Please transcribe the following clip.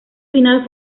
final